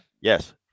Yes